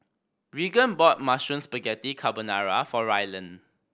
Reagan bought Mushroom Spaghetti Carbonara for Rylan